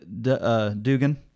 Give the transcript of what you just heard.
dugan